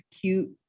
cute